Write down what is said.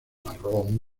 marrón